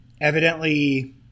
Evidently